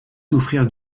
souffrir